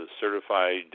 Certified